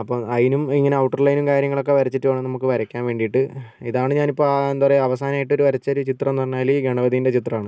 അപ്പോൾ അതിനും അങ്ങനെ ഔട്ടർ ലൈനും കാര്യങ്ങളൊക്കെ വരച്ചിട്ട് വേണം നമുക്ക് വരയ്ക്കാൻ വേണ്ടിയിട്ട് ഇതാണ് ഞാനിപ്പോൾ എന്താ പറയാ അവസാനമായിട്ട് വരച്ച ഒരു ചിത്രമെന്ന് പറഞ്ഞാൽ ഗണപതിൻ്റെ ചിത്രമാണ്